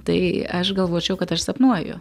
tai aš galvočiau kad aš sapnuoju